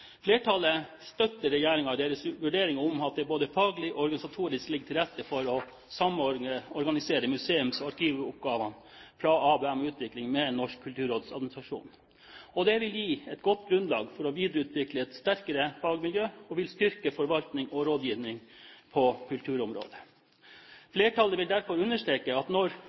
Flertallet støtter regjeringen i deres vurdering av at det både faglig og organisatorisk ligger til rette for å samorganisere museums- og arkivoppgavene fra ABM-utvikling med Norsk kulturråds administrasjon. Det vil gi et godt grunnlag for å videreutvikle et sterkere fagmiljø og styrke forvaltningen og rådgivningen på kulturområdet. Flertallet vil derfor understreke at når